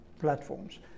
platforms